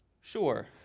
Sure